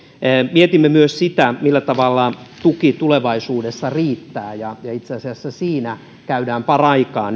mietimme myös sitä millä tavalla tuki tulevaisuudessa riittää itse asiassa siinä käydään paraikaa